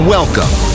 Welcome